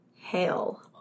hell